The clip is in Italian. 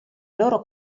loro